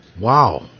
Wow